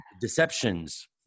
deceptions